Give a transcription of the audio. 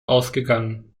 ausgegangen